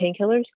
painkillers